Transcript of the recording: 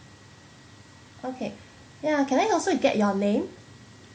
okay ya can I also get your name